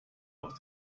aus